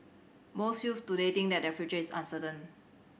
most youths today think that their future is uncertain